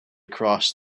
crossed